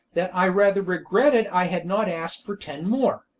that i rather regretted i had not asked for ten more.